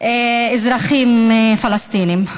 אזרחים פלסטינים.